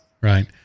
Right